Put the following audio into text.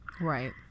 right